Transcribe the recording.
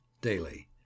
daily